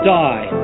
die